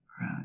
Right